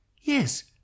yes